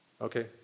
Okay